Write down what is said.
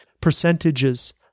percentages